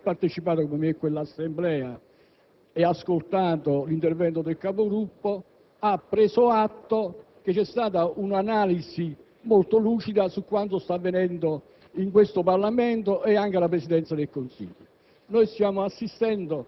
di voci false. Chi ha partecipato con me all'assemblea del Gruppo e ha ascoltato l'intervento del Capogruppo ha preso atto che è stata svolta una analisi molto lucida su quanto sta avvenendo in Parlamento e anche alla Presidenza del Consiglio.